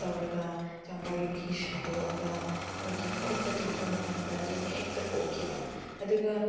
ꯇꯧꯔꯒ ꯆꯝꯄ꯭ꯔꯥꯒꯤ ꯃꯍꯤ ꯁꯨꯝꯗꯣꯛꯑꯒ ꯑꯩꯈꯣꯏꯒꯤ ꯈꯨꯠꯇ ꯆꯥꯝꯕ ꯃꯇꯝꯗ ꯑꯗꯨꯁꯨ ꯍꯦꯛꯇ ꯀꯣꯛꯈꯤꯕ ꯑꯗꯨꯒ